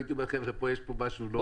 הייתי אומר שיש כאן משהו.